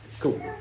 Cool